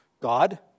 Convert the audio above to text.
God